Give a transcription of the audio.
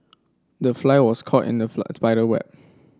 the fly was caught in the spider web